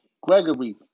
Gregory